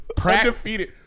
Undefeated